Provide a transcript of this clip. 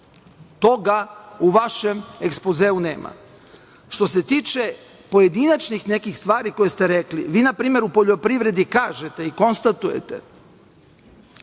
Toga u vašem ekspozeu nema. Što se tiče pojedinačnih nekih stvari koje ste rekli, vi npr. u poljoprivredi kažete i konstatujete